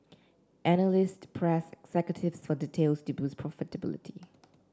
analyst pressed executives for details to boost profitability